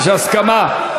יש הסכמה.